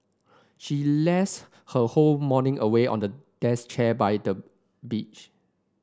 she lazed her whole morning away on a desk chair by the beach